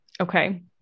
Okay